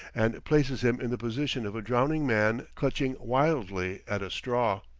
and places him in the position of a drowning man clutching wildly at a straw.